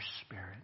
spirit